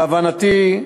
להבנתי,